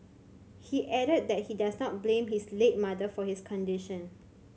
he added that he does not blame his late mother for his condition